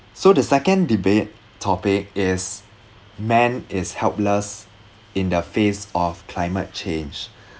so the second debate topic is man is helpless in the face of climate change